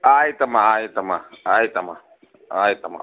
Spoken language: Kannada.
ಆಯಿತಮ್ಮ ಆಯಿತಮ್ಮ ಆಯಿತಮ್ಮ ಆಯಿತಮ್ಮ